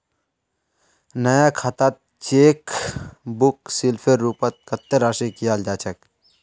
नया खातात cheque book शुल्केर रूपत कत्ते राशि लियाल जा छेक